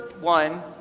one